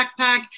backpack